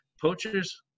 Poachers